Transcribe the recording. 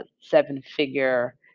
seven-figure